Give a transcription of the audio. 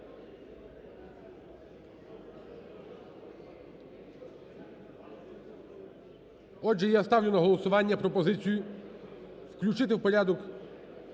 Отже, я ставлю на голосування пропозицію включити в порядок